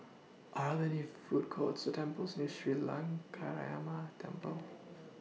Are There any Food Courts Or temples near Sri Lankaramaya Temple